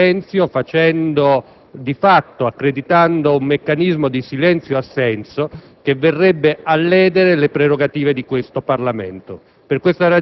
nel silenzio, accreditando di fatto un meccanismo di silenzio-assenso che verrebbe a ledere le prerogative del Parlamento.